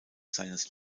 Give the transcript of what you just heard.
seines